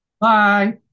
Bye